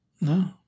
No